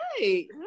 right